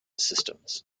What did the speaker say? systems